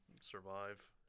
survive